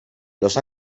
los